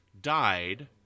died